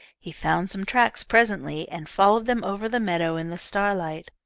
he found some tracks presently, and followed them over the meadow in the starlight,